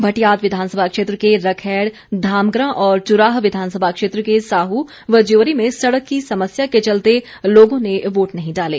भटियात विधानसभा क्षेत्र के रखैड़ धामग्रां और चुराह विधानसभा क्षेत्र के साहू व ज्योरी में सड़क की समस्या के चलते लोगों ने वोट नहीं डाले